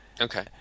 Okay